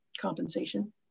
compensation